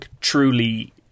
truly